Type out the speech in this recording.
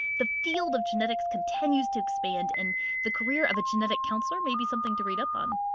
the field of genetics continues to expand and the career of a genetic counselor may be something to read up on.